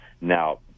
Now